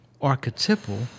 archetypal